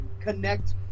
connect